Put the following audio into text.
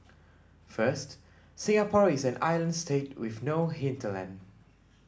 first Singapore is an island state with no hinterland